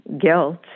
guilt